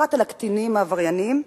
פרט לקטינים העבריינים,